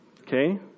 Okay